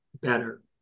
better